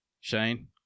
Shane